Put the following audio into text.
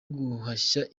guhashya